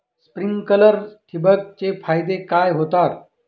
Sprinklers ठिबक चे फायदे काय होतात?